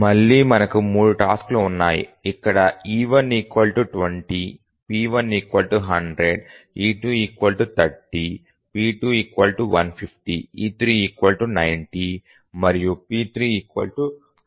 మళ్ళీ మనకు 3 టాస్క్ లు ఉన్నాయి ఇక్కడ e1 20 p1 100 e2 30 p2 150 e3 90 మరియు p3 200